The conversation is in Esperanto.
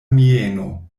mieno